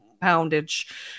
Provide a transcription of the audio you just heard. Poundage